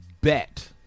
bet